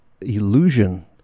illusion